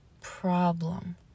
problem